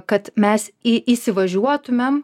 kad mes į įsivažiuotumėm